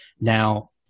Now